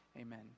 Amen